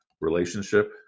Relationship